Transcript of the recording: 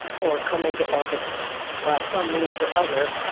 or come into office by some means or other,